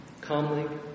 Calmly